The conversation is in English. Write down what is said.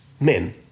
men